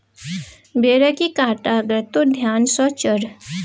बेरक कांटा गड़तो ध्यान सँ चढ़